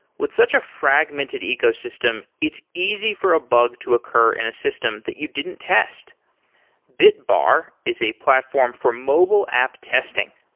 with such a fragmented ecosystem, it's easy for a bug to occur in a system that you didn't test bitbar is a platform for mobile app testing.